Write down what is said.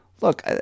look